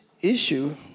issue